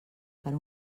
per